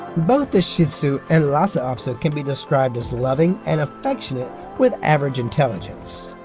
both the shih tzu and lhasa apso can be described as loving and affectionate with average intelligence.